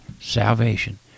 salvation